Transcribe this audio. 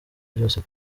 byose